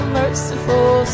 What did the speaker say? merciful